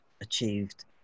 achieved